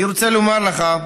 אני רוצה לומר לך,